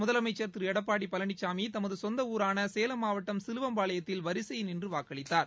முதலமைச்சள் திருளடப்பாடிபழனிசாமி தமதுசொந்தஊரானசேலம் மாவட்டம் சிலுவம்பாளையத்தில் வரிசையில் நின்றுவாக்களித்தார்